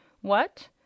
What